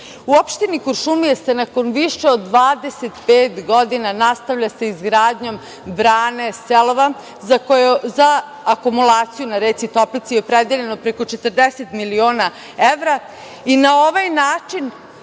opštini Kuršumlija se nakon više od 25 godina nastavlja sa izgradnjom brane „Selova“ za akumulaciju na reci Toplica opredeljeno je preko 40 miliona evra i na ovaj način